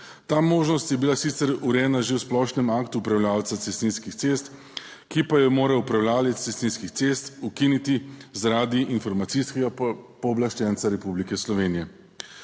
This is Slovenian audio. Ta možnost je bila sicer urejena že v splošnem aktu upravljavca cestninskih cest, ki pa jo mora upravljavec cestninskih cest ukiniti zaradi Informacijskega pooblaščenca Republike Slovenije.